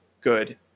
good